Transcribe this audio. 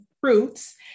fruits